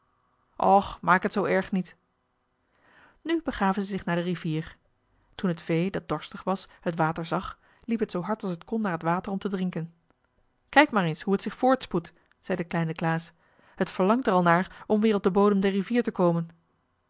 och maak het zoo erg niet nu begaven zij zich naar de rivier toen het vee dat dorstig was het water zag liep het zoo hard als het kon naar het water om te drinken kijk maar eens hoe het zich voortspoedt zei de kleine klaas het verlangt er al naar om weer op den bodem der rivier te komen